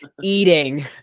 eating